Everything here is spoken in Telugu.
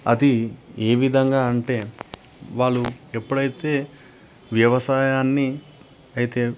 అది ఏ విధంగా అంటే వాళ్ళు ఎప్పుడైతే వ్యవసాయాన్ని అయితే